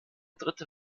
dritte